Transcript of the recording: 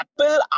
Apple